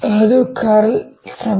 ಅದು ಕರ್ಲ್ ಸಮೀಕರಣ